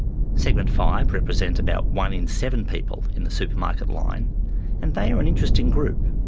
segment five, represent about one in seven people in the supermarket line and they are an interesting group.